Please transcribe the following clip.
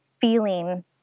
feeling